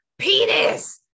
Penis